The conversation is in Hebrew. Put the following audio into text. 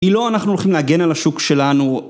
כאילו אנחנו הולכים להגן על השוק שלנו...